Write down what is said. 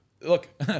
look